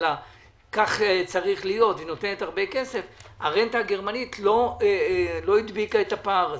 כך צריך להיות הרנטה הגרמנית לא הדביקה את הפער הזה.